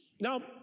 Now